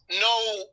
No